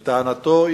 לטענתו,